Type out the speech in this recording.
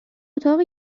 اتاق